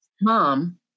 mom